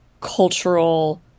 cultural